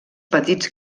petits